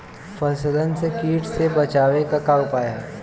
फसलन के कीट से बचावे क का उपाय है?